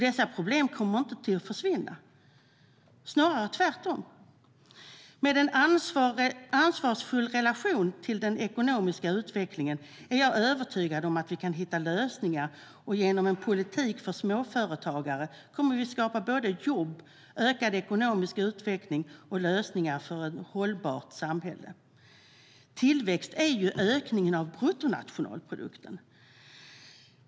Dessa problem kommer inte att försvinna - snarare tvärtom. Tillväxt är ju en ökning av bruttonationalprodukten.